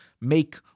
make